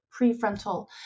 prefrontal